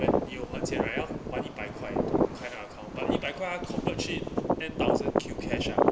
when 有安全 right 要办一百块 to 开那个 account but 一百块它 convert 去 ten thousand Q cash lah